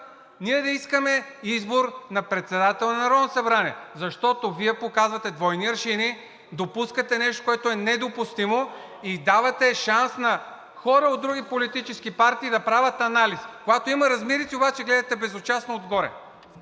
ние да искаме избор на председател на Народното събрание, защото Вие показвате двойни аршини, допускате нещо, което е недопустимо, и давате шанс на хора от други политически партии да правят анализ, когато има размирици обаче, гледате безучастно отгоре.